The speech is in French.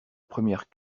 première